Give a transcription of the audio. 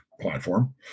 platform